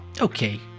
Okay